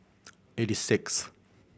eighty sixth